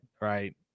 right